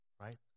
right